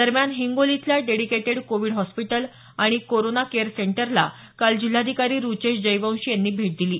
दरम्यान हिंगोली इथल्या dedicated covid hospital आणि कोरोना केअर सेंटरला काल जिल्हाधिकारी रुचेश जयवंशी यांनी भेट दिली